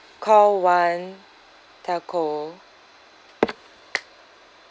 call one telco